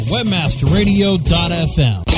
WebmasterRadio.fm